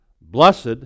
Blessed